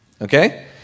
Okay